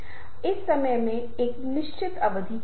तो आप जो इसमें डाल सकते हैं वह महत्वपूर्ण है